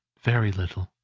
very little.